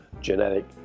genetic